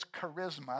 charisma